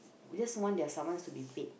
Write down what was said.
just want their summons to be paid